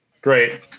great